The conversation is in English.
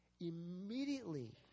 Immediately